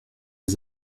les